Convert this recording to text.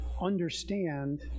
understand